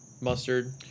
mustard